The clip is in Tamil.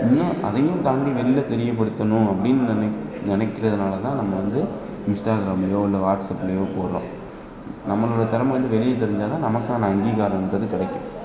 இன்னும் அதையும் தாண்டி வெளில தெரியப்படுத்தணும் அப்படின்னு நினைக் நினைக்கிறதுனால தான் நம்ம வந்து இன்ஸ்டாக்ராம்லேயோ இல்லை வாட்ஸப்லேயோ போடுறோம் நம்மளோடய தெறமை வந்து வெளியே தெரிஞ்சால் தான் நமக்கான அங்கீகாரன்றது கிடைக்கும்